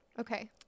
Okay